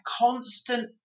constant